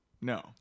No